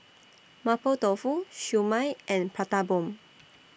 Mapo Tofu Siew Mai and Prata Bomb